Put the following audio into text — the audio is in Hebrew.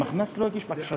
המחנ"צ לא הגיש בקשה,